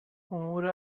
امور